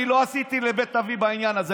אני לא עשיתי לבית אבי בעניין הזה,